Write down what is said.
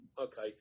okay